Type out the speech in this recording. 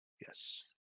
Yes